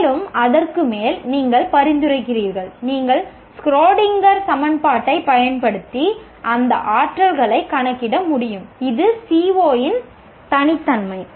மேலும் அதற்கு மேல் நீங்கள் பரிந்துரைக்கிறீர்கள் நீங்கள் ஸ்க்ரோடிங்கர் சமன்பாட்டைப் பயன்படுத்தி அந்த ஆற்றல்களைக் கணக்கிட முடியும் இது CO இன் தனித்தன்மை